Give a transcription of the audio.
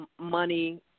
money